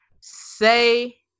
Say